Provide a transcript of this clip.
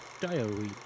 diary